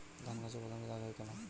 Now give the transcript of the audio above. ধানগাছে বাদামী দাগ হয় কেন?